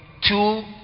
two